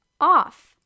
off